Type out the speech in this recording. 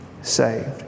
saved